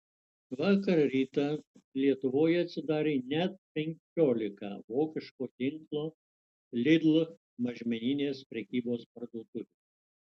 vakar rytą lietuvoje atsidarė net penkiolika vokiško tinklo lidl mažmeninės prekybos parduotuvių